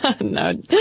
No